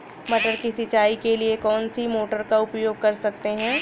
मटर की सिंचाई के लिए कौन सी मोटर का उपयोग कर सकते हैं?